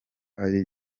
ari